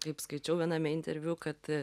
kaip skaičiau viename interviu kad